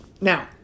now